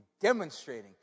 demonstrating